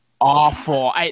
awful